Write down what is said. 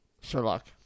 Sherlock